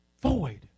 void